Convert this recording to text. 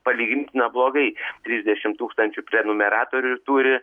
palygint neblogai trisdešim tūkstančių prenumeratorių ir turi